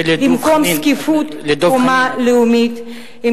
זה לדב חנין.